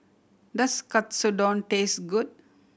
does Katsudon taste good